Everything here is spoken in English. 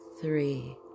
three